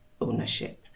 ownership